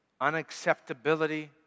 unacceptability